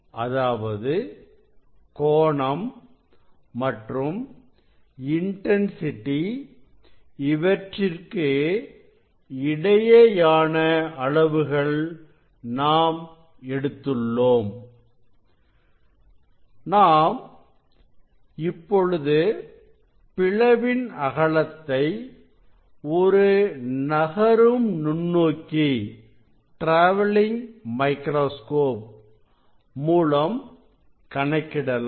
அதாவது கோணம் மற்றும் இன்டன்சிட்டி இவற்றிற்கு இடையேயான அளவுகள் நாம் எடுத்துள்ளோம் நம் இப்பொழுது பிளவின் அகலத்தை ஒரு நகரும் நுண்ணோக்கி மூலம் கணக்கிடலாம்